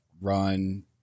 run